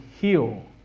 heal